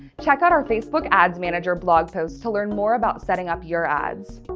check out our facebook ads manager blog post to learn more about setting up your ads.